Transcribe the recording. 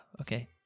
okay